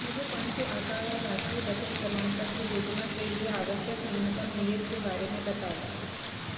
मुझे फ़ंड के आकार और राष्ट्रीय बचत प्रमाणपत्र योजना के लिए आवश्यक न्यूनतम निवेश के बारे में बताएँ